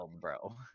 bro